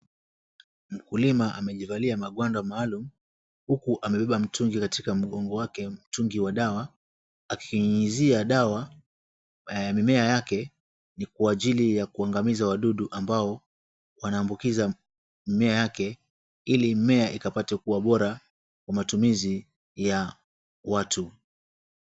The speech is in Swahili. Mkulima amevalia magwanda maalum huku amebeba mtungi katika mgongo wake (mtungi wa dawa) akinyunyuzia dawa kwa mimea yake kwa ajili ya kuangamiza wadudu ambao wanaambukiza mimea yake ili mimea ikapate kuwa bora kwa matumizi ya watu.